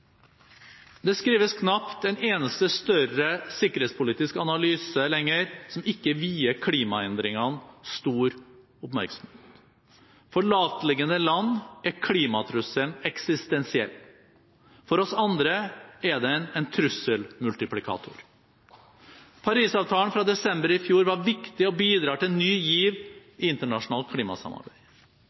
Det skrives knapt en eneste større sikkerhetspolitisk analyse lenger som ikke vier klimaendringene stor oppmerksomhet. For lavtliggende land er klimatrusselen eksistensiell. For oss andre er den en trussel-multiplikator. Paris-avtalen fra desember i fjor var viktig og bidrar til ny giv i internasjonalt klimasamarbeid.